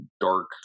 dark